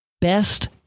best